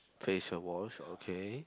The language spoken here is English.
facial wash okay